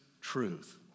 truth